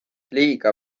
liiga